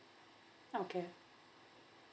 okay